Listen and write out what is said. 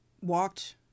walked